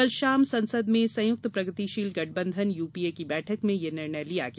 कल शाम संसद में संयुक्त प्रगतिशील गठबंधन यूपीए की बैठक में यह निर्णय लिया गया